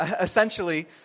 essentially